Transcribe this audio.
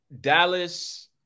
Dallas